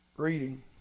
reading